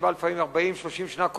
שבא לפעמים 40 או 30 שנה קודם,